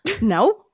No